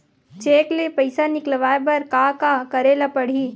Cheque ले पईसा निकलवाय बर का का करे ल पड़हि?